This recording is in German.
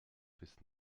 bis